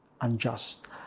unjust